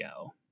go